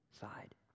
side